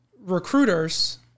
recruiters